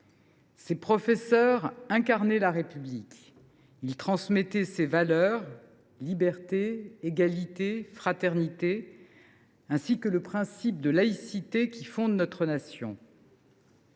Ces professeurs incarnaient la République, ils transmettaient ses valeurs – liberté, égalité, fraternité – ainsi que le principe de laïcité, qui fondent notre nation.